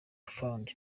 fund